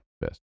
best